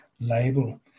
label